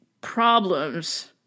problems